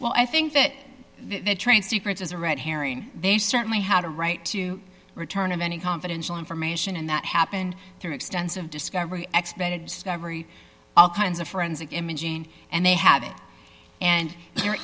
well i think that they trade secrets is a red herring they certainly had a right to return of any confidential information and that happened through extensive discovery discovery all kinds of forensic imaging and they have it and there